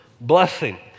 blessing